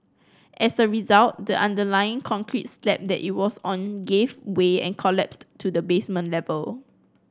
as a result the underlying concrete slab that it was on gave way and collapsed to the basement level